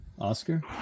Oscar